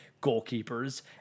goalkeepers